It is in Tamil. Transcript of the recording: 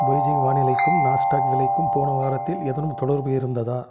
பெய்ஜிங்கின் வானிலைக்கும் நாஸ்டாக் விலைக்கும் போன வாரத்தில் ஏதனும் தொடர்பு இருந்ததா